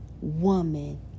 woman